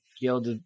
yelled